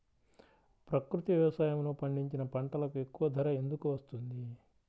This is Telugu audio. ప్రకృతి వ్యవసాయములో పండించిన పంటలకు ఎక్కువ ధర ఎందుకు వస్తుంది?